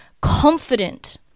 confident